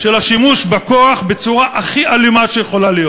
של השימוש בכוח בצורה הכי אלימה שיכולה להיות.